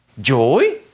joy